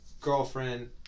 girlfriend